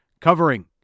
covering